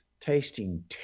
tasting